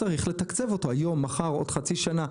צריך לתקצב אותו היום, מחר, עוד חצי שנה.